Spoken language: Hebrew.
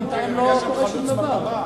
חלוץ מטרה.